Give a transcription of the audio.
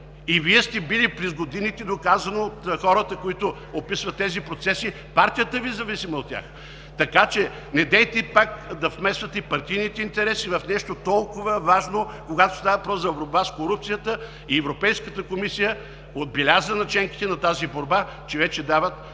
Вашите редици? През годините е доказано от хората, които описват тези процеси, че партията Ви е зависима от тях, така че недейте пак да намествате партийните интереси в нещо толкова важно, когато става въпрос за борба с корупцията. Европейската комисия отбеляза, че наченките на тази борба вече дават